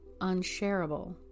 unshareable